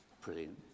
Brilliant